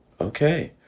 okay